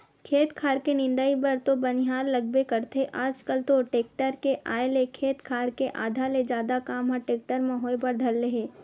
खेत खार के निंदई बर तो बनिहार लगबे करथे आजकल तो टेक्टर के आय ले खेत खार के आधा ले जादा काम ह टेक्टर म होय बर धर ले हे